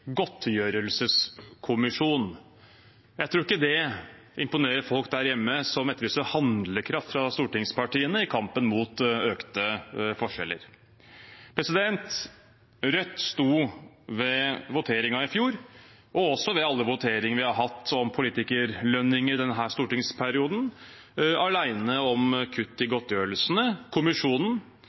Jeg tror ikke det imponerer folk der hjemme som etterlyser handlekraft fra stortingspartiene i kampen mot økte forskjeller. Rødt sto ved voteringen i fjor, og også ved alle voteringer vi har hatt om politikerlønninger i denne stortingsperioden, alene om kutt i godtgjørelsene. Kommisjonen